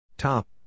Top